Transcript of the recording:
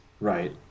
Right